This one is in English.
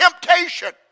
temptation